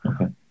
Okay